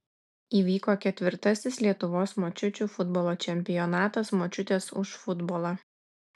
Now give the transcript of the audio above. įvyko ketvirtasis lietuvos močiučių futbolo čempionatas močiutės už futbolą